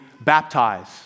baptize